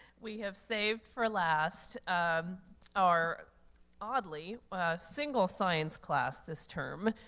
we have saved for last um our oddly single science class this term,